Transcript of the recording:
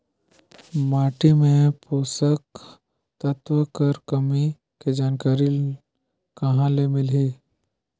माटी मे पोषक तत्व कर कमी के जानकारी कहां ले मिलही?